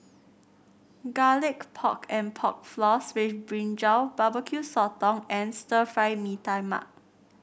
Garlic Pork and Pork Floss with brinjal Barbecue Sotong and Stir Fry Mee Tai Mak